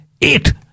Eat